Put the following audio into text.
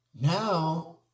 Now